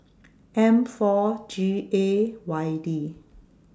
M four G A Y D